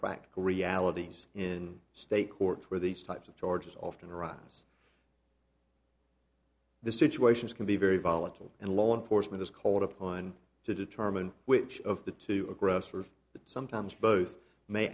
practical realities in state court where these types of charges often arise the situations can be very volatile and law enforcement is called upon to determine which of the two aggressors but sometimes both may